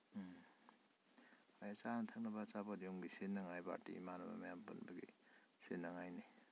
ꯎꯝ ꯍꯣꯏ ꯆꯥꯅ ꯊꯛꯅꯕ ꯑꯆꯥꯄꯣꯠ ꯌꯨꯝꯒꯤ ꯁꯤꯖꯤꯟꯅꯉꯥꯏ ꯄꯥꯔꯇꯤ ꯏꯃꯥꯟꯅꯕ ꯃꯌꯥꯝ ꯄꯨꯟꯕꯒꯤ ꯁꯤꯖꯤꯟꯅꯉꯥꯏꯅꯤ